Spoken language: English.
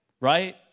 right